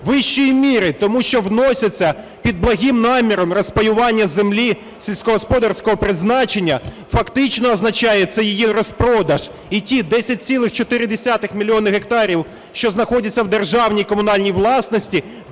вищої міри, тому що вноситься, під благим наміром, розпаювання землі сільськогосподарського призначення, фактично означає це її розпродаж. І ті 10,4 мільйони гектарів, що знаходяться в державній і комунальній власності,